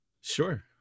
Sure